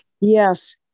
Yes